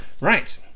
Right